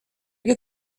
get